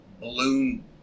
balloon